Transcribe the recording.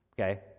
Okay